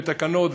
בתקנות,